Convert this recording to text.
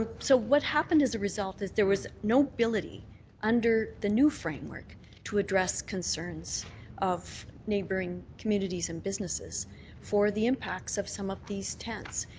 so what happened as a result is there was no ability under the new framework to address concerns of neighboring communities and businesses for the impacts of some of these tents.